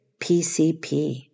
PCP